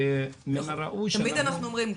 תמיד אנחנו אומרים,